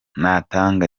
natanga